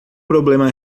problema